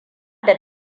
da